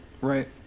Right